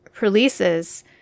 releases